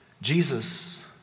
Jesus